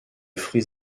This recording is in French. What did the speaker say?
fruits